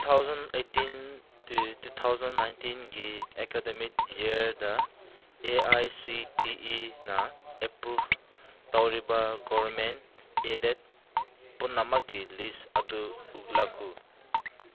two thousand eighteen two two thousand ꯅꯥꯏꯟꯇꯤꯟꯒꯤ academic ꯌꯥꯔꯗ A I C T ꯏꯤꯅ approve ꯇꯧꯔꯤꯕ ꯒꯣꯔꯃꯦꯟꯠ ꯑꯦꯗꯦꯠ ꯄꯨꯝꯅꯃꯛꯀꯤ ꯂꯤꯁ ꯑꯗꯨ ꯎꯠꯂꯛꯎ